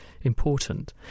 important